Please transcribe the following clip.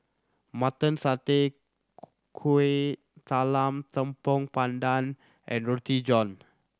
Mutton Satay Kueh Talam Tepong Pandan and Roti John